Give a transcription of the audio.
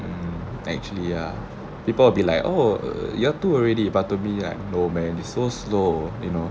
actually ya people will be like oh err year two already but to me like no man is so slow you know